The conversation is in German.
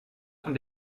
von